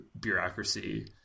bureaucracy